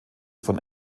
von